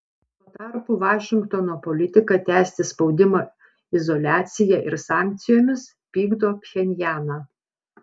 tuo tarpu vašingtono politika tęsti spaudimą izoliacija ir sankcijomis pykdo pchenjaną